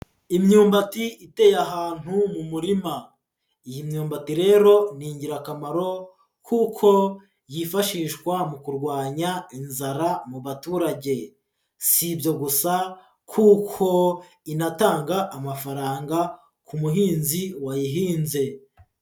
Imyumbati iteye ahantu mu murima, iyi myumbati rero ni ingirakamaro kuko yifashishwa mu kurwanya inzara mu baturage, si ibyo gusa kuko inatanga amafaranga ku muhinzi wayihinze.